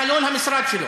איך לשרוף, איך לשרוף?